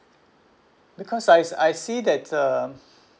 because I I see that uh